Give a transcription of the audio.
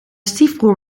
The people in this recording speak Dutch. stiefbroer